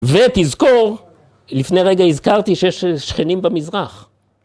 ‫ותזכור, לפני רגע הזכרתי ‫שיש שכנים במזרח.